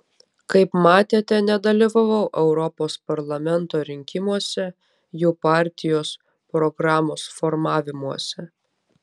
kaip matėte nedalyvavau europos parlamento rinkimuose jų partijos programos formavimuose